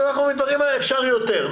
אפשר יותר,